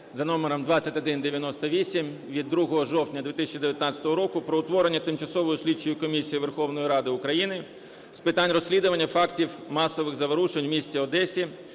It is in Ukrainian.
за номером 2198 від 2 жовтня 2019 року про утворення Тимчасової слідчої комісії Верховної Ради України з питань розслідування фактів масових заворушень в місті Одесі,